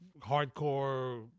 hardcore